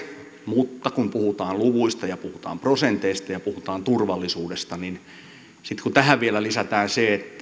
mutta kun puhutaan luvuista ja puhutaan prosenteista ja puhutaan turvallisuudesta niin sitten kun tähän vielä lisätään se